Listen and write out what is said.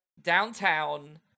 Downtown